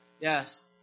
Yes